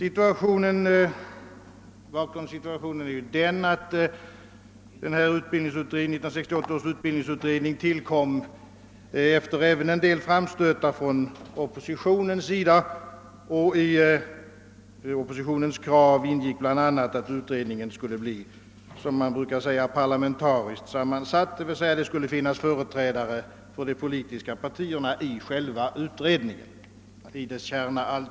Bakgrundssituationen är den att 1968 års utbildningsutredning tillkom efter en del framstötar även från oppositionens sida. I oppositionens krav ingick bl.a. att utredningen skulle bli parlamentariskt sammansatt, som man brukar säga, d.v.s. att det i själva utredningens kärna också skulle finnas företrädare för de politiska partierna.